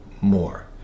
more